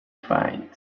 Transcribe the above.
find